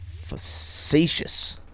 Facetious